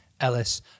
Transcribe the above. Ellis